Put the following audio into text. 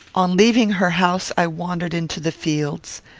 on leaving her house, i wandered into the fields.